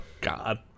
God